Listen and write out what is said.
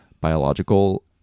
biological